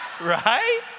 right